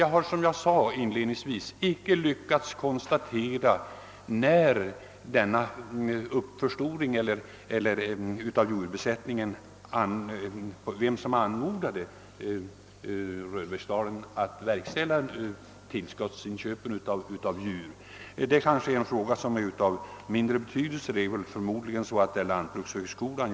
Jag har inte lyckats konstatera när uppförstoringen av djurbesättningen gjordes och vem som anmodade Röbäcksdalen att verkställa tillskottsinköpen av djur men det är kanske en fråga av mindre betydelse — jag skulle gissa att det var lantbrukshögskolan.